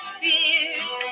tears